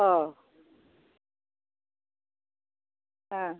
अह